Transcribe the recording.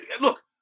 look